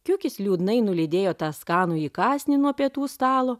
kiukis liūdnai nulydėjo tą skanųjį kąsnį nuo pietų stalo